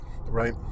right